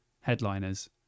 headliners